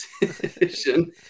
decision